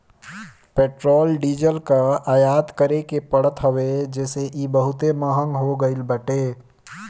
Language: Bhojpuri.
पेट्रोल डीजल कअ आयात करे के पड़त हवे जेसे इ बहुते महंग हो गईल बाटे